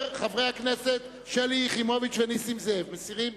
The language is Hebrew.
חברי הכנסת שלי יחימוביץ ונסים זאב, מסירים?